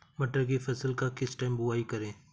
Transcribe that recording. मटर की फसल का किस टाइम बुवाई करें?